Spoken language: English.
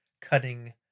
cutting